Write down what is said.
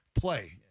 play